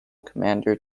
commander